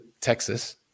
texas